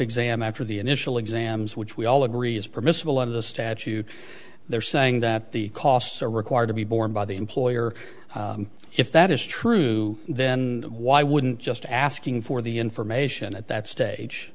exam after the initial exams which we all agree is permissible under the statute they're saying that the costs are required to be borne by the employer if that is true then why wouldn't just asking for the information at that stage